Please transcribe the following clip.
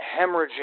hemorrhaging